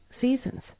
seasons